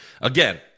Again